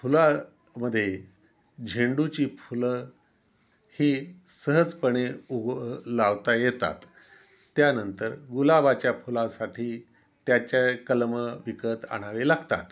फुलामध्ये झेंडूची फुलं ही सहजपणे उग लावता येतात त्यानंतर गुलाबाच्या फुलासाठी त्याचे कलमं विकत आणावे लागतात